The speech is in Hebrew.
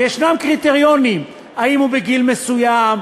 ויש קריטריונים: אם הוא בגיל מסוים,